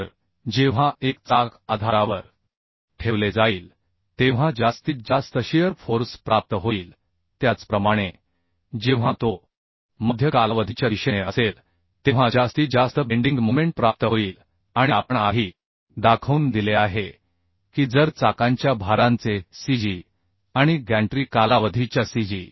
तर जेव्हा एक चाक आधारावर ठेवले जाईल तेव्हा जास्तीत जास्त शिअर फोर्स प्राप्त होईल त्याचप्रमाणे जेव्हा तो मध्य कालावधीच्या दिशेने असेल तेव्हा जास्तीत जास्त बेंडिंग मोमेंट प्राप्त होईल आणि आपण आधी दाखवून दिले आहे की जर चाकांच्या भारांचे cg आणि गॅन्ट्री कालावधीच्या cg